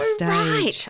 right